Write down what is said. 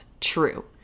true